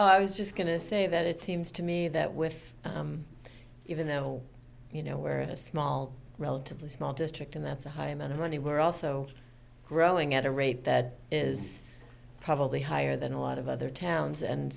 so i was just going to say that it seems to me that with even though you know where a small relatively small district and that's a high amount of money we're also growing at a rate that is probably higher than a lot of other towns and